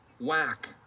whack